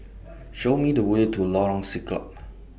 Show Me The Way to Lorong Siglap